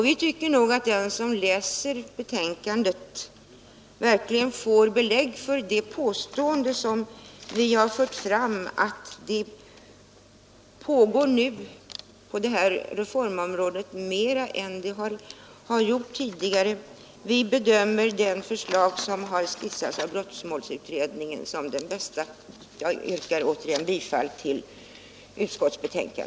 Vi anser att den som läser betänkandet verkligen får belägg för det påstående vi har gjort, nämligen att det på det här området pågår mer reformer än det gjort tidigare. Vi bedömer det förslag som skisseras av brottmålsutredningen som det bästa. Jag yrkar återigen bifall till utskottets hemställan.